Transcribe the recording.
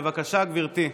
בבקשה, גברתי.